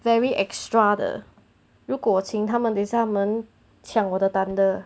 very extra 的如果我请他们等下他们抢我的 thunder